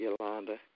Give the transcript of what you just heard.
Yolanda